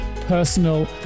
personal